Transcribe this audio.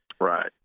Right